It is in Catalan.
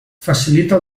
facilita